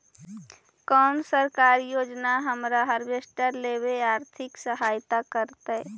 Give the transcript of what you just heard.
कोन सरकारी योजना हमरा हार्वेस्टर लेवे आर्थिक सहायता करतै?